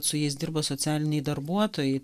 su jais dirba socialiniai darbuotojai